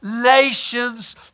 nations